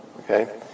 Okay